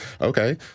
Okay